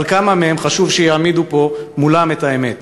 אבל כמה מהם, חשוב שיעמידו פה מולם את האמת.